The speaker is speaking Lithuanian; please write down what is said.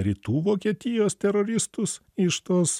rytų vokietijos teroristus iš tos